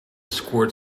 squirt